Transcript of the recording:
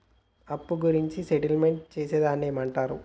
అప్పు గురించి సెటిల్మెంట్ చేసేదాన్ని ఏమంటరు?